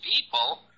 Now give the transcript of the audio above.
people